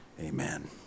amen